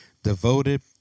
Devoted